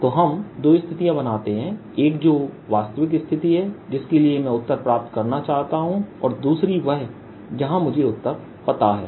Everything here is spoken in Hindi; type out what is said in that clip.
तो हम दो स्थितियां बनाते हैं एक जो वास्तविक स्थिति है जिसके लिए मैं उत्तर प्राप्त करना चाहता हूं और दूसरा वह जहां मुझे उत्तर पता है